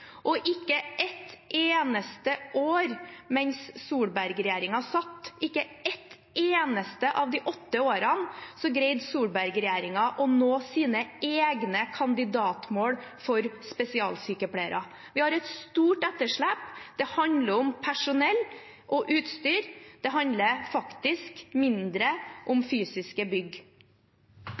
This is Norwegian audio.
Ikke et eneste år – ikke et eneste av de åtte årene – greide Solberg-regjeringen å nå sine egne kandidatmål for spesialsykepleiere. Vi har et stort etterslep. Det handler om personell og utstyr, det handler faktisk mindre om fysiske bygg.